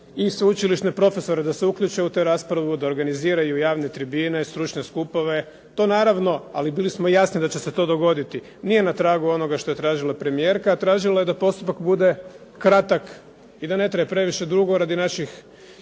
i sveučilišne profesore da se uključe u te rasprave, da organiziraju javne tribine, stručne skupove. To naravno, ali bili smo jasni da će se to dogoditi, nije na tragu onoga što je tražila premijerka. Tražila je da postupak bude kratak i da ne traje previše dugo radi naših